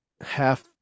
half